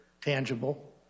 tangible